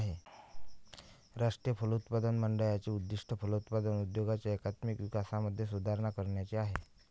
राष्ट्रीय फलोत्पादन मंडळाचे उद्दिष्ट फलोत्पादन उद्योगाच्या एकात्मिक विकासामध्ये सुधारणा करण्याचे आहे